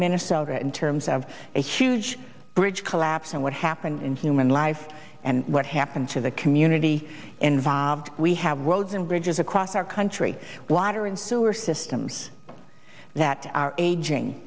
minnesota in terms of a huge bridge collapse and what happened in human life and what happened to the community involved we have roads and bridges across our country water and sewer systems that are aging